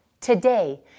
Today